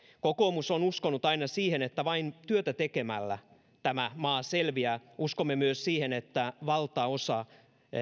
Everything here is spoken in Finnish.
kokoomus on uskonut aina siihen että vain työtä tekemällä tämä maa selviää uskomme myös siihen että valtaosa